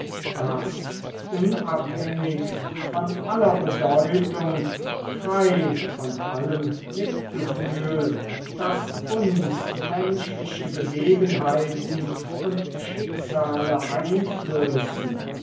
das unabhängig von aller bedeutung frei von allem mitgefühl das uns menschliche begebenheiten und schicksale einflößen